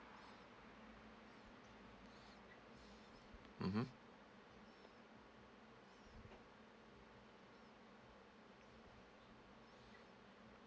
mmhmm